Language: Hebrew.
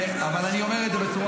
איך תסביר --- אני אומר את זה בצורה